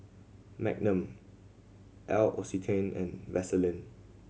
Magnum L'Occitane and Vaseline